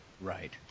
Right